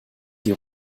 die